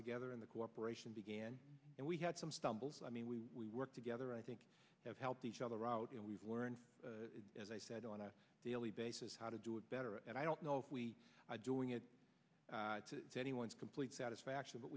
together in the corporation began and we had some stumbles i mean we we work together i think have helped each other out and we've learned as i said on a daily basis how to do it better and i don't know if we are doing it to anyone's complete satisfaction but